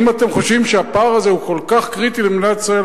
אם אתם חושבים שהפער הזה כל כך קריטי למדינת ישראל,